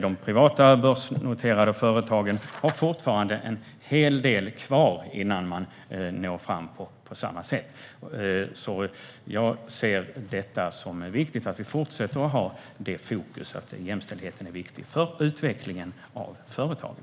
De privata börsnoterade företagen har fortfarande en hel del kvar innan de når fram på samma sätt. Jag anser att det är viktigt att vi fortsätter att ha detta fokus. Jämställdheten är viktig för utvecklingen av företagen.